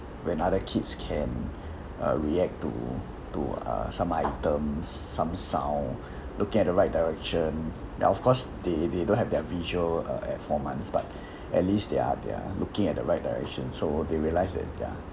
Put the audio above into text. when other kids can uh react to to uh some items some sound looking at the right direction now of course they they don't have their visual uh at four months but at least they're they're looking at the right direction so they realised that their